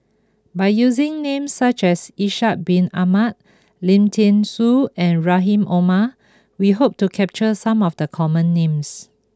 by using names such as Ishak bin Ahmad Lim Thean Soo and Rahim Omar we hope to capture some of the common names